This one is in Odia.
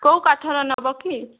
କେଉଁ କାଠର ନେବ କି